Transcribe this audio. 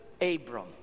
Abram